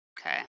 Okay